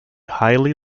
highly